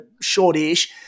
short-ish